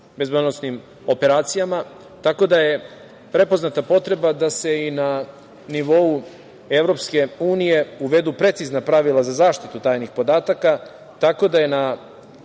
bezbednosnim operacijama, tako da je prepoznata potreba da se i na nivou EU uvedu precizna pravila za zaštitu tajnih podataka, tako da je na